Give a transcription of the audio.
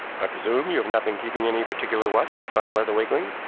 i presume you have not been keeping any particular watch upon martha wakeling?